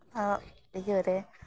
ᱟᱨ ᱤᱭᱟᱹ ᱨᱮ